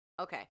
okay